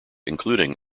including